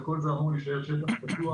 וכל זה יהיה שטח פתוח.